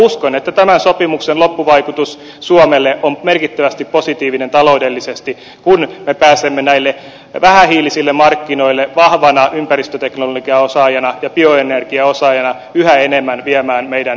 uskon että tämän sopimuksen loppuvaikutus suomelle on merkittävästi positiivinen taloudellisesti kun me pääsemme näille vähähiilisille markkinoille vahvana ympäristöteknologiaosaajana ja bioenergiaosaajana yhä enemmän viemään meidän osaamistamme